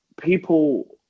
people